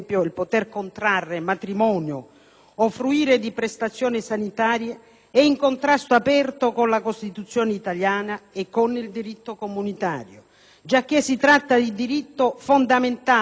o fruire di prestazioni sanitarie è in contrasto aperto con la Costituzione italiana e con il diritto comunitario giacché si tratta di diritto fondamentale e non di diritto di cittadinanza.